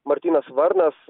martynas varnas